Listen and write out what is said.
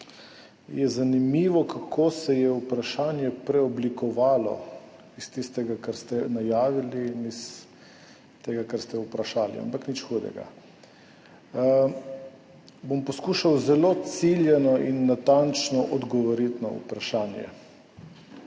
je zanimivo, kako se je vprašanje preoblikovalo iz tistega, kar ste najavili, do tega, kar ste vprašali. Ampak nič hudega. Bom poskušal zelo ciljano in natančno odgovoriti na vprašanje.